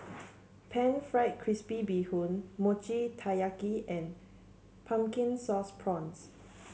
pan fried crispy Bee Hoon Mochi Taiyaki and Pumpkin Sauce Prawns